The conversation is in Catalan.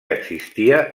existia